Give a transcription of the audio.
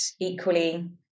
equally